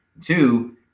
Two